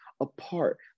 apart